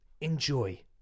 Enjoy